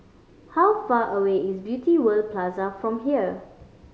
how far away is Beauty World Plaza from here